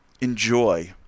enjoy